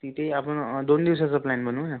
तिथे आपण दोन दिवसाचा प्लान बनवू ना